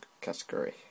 category